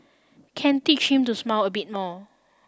can teach him to smile a bit more